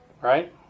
right